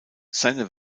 seine